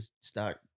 start